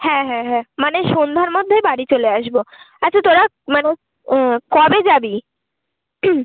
হ্যাঁ হ্যাঁ হ্যাঁ মানে সন্ধ্যার মধ্যেই বাড়ি চলে আসবো আচ্ছা তোরা মানে কবে যাবি